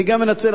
אני גם מנצל,